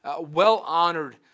well-honored